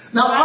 Now